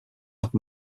have